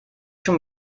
schon